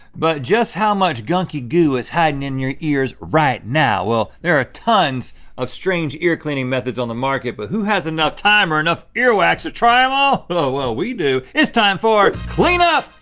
but just how much gunky goo is hiding in your ears right now? well there are tons of strange ear cleaning methods on the market but who has enough time or enough ear wax to try em all? oh well we do. it's time for clean up!